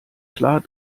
klar